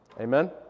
Amen